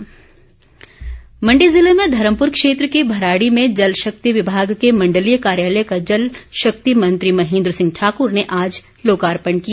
महेन्द्र सिंह मण्डी जिले में धर्मप्र क्षेत्र के भराड़ी में जल शक्ति विभाग के मण्डलीय कार्यालय का जल शक्ति मंत्री महेन्द्र सिंह ठाक्र ने आज लोकार्पण किया